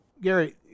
Gary